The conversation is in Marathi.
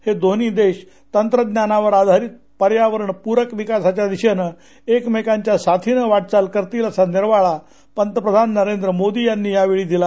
हे दोन्ही देश तंत्रज्ञानावर आधारित पर्यावरण प्रक विकासाच्या दिशेनं एकमेकांच्या साथीनं वाटचाल करतील असा निर्वाळा पंतप्रधान नरेंद्र मोदी यांनी यावेळी दिला